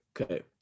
okay